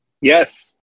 Yes